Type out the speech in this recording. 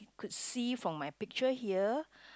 could see from my picture here